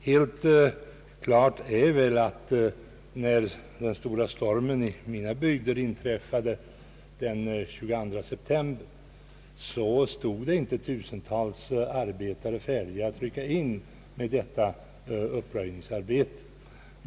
Helt klart är väl att när den stora stormen i mina bygder inträffade den 22 september stod inte tusentals arbetare färdiga att rycka ut för uppröjningsarbete.